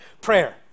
prayer